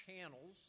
channels